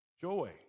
Joy